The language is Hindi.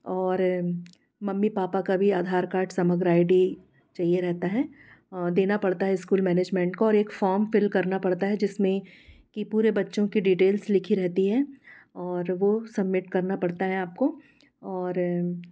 और मम्मी पापा का भी Aadhaar card Samagra I D चहिए रहता है और देना पड़ता है स्कूल मैनेजमेंट को और एक फॉर्म फिल करना पड़ता है जिसमें कि पूरे बच्चों की डिटेल्स लिखी रहती है और वो सबमिट करना पड़ता है आपको और